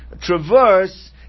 traverse